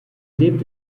lebt